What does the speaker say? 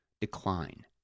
decline